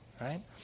right